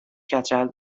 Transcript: کچل